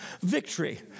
victory